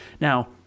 Now